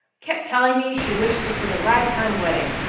kept telling me she wished this was a ragtime wedding.